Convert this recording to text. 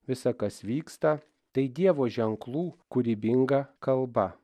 visa kas vyksta tai dievo ženklų kūrybinga kalba